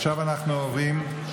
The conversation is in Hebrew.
עכשיו אנחנו עוברים,